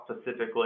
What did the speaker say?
specifically